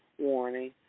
warning